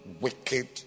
wicked